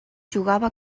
jugava